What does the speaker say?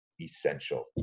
essential